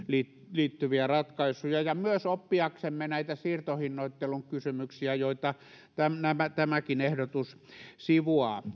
liittyviä ratkaisuja ja myös oppiaksemme näitä siirtohinnoittelun kysymyksiä joita tämäkin ehdotus sivuaa